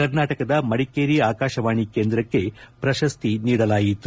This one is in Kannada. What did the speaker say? ಕರ್ನಾಟಕದ ಮಡಿಕೇರಿ ಆಕಾಶವಾಣಿ ಕೇಂದ್ರಕ್ಕೆ ಪ್ರಶಸ್ತಿ ನೀಡಲಾಯಿತು